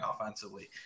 offensively